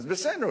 אז בסדר.